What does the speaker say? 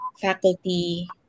faculty